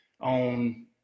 on